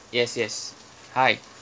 yes yes hi